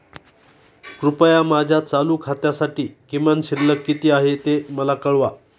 कृपया माझ्या चालू खात्यासाठी किमान शिल्लक किती आहे ते मला कळवा